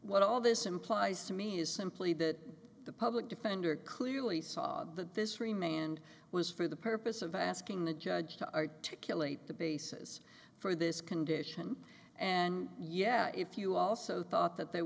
what all this implies to me is simply that the public defender clearly saw that this remained was for the purpose of asking the judge to articulate the basis for this condition and yeah if you also thought that there